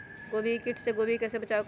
गोभी के किट से गोभी का कैसे बचाव करें?